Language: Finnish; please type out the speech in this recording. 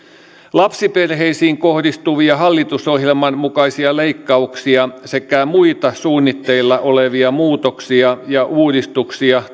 lapsiperheisiin kohdistuvia hallitusohjelman mukaisia leikkauksia sekä muita suunnitteilla olevia muutoksia ja uudistuksia